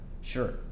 sure